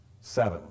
seven